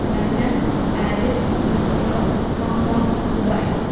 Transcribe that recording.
London Paris New York Hong Kong Dubai